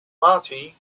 marty